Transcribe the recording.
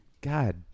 god